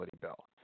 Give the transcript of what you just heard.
bill